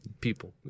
people